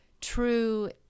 true